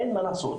אין מה לעשות.